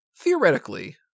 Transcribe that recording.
Theoretically